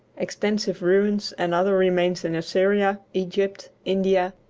extensive ruins and other remains in assyria, egypt, india,